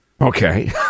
Okay